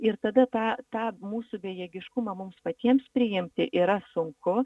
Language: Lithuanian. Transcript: ir tada tą tą mūsų bejėgiškumą mums patiems priimti yra sunku